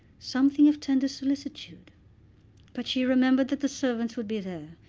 something of tender solicitude but she remembered that the servants would be there,